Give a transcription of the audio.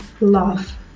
love